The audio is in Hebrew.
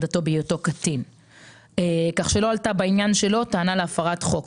דתו בהיותו קטין כך שלא עלתה בעניין שלו טענה להפרת חוק.